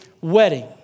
wedding